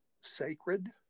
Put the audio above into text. Sacred